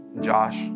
Josh